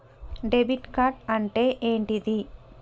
Debit card అంటే ఏంటిది?